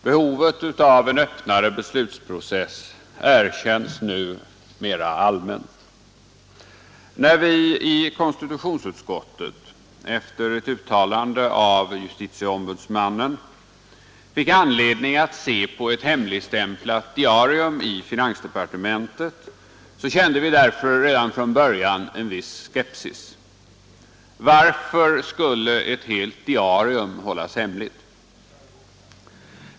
Herr talman! Behovet av en öppnare beslutsprocess erkänns nu mera allmänt. När vi i konstitutionsutskottet — efter ett uttalande av JO — fick anledning att se på ett hemligstämplat diarium i finansdepartementet, kände vi därför redan från början en viss skepsis. Varför skulle ett helt diarium hållas hemligt?